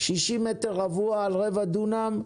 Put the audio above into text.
60 מטר רבוע על רבע דונם,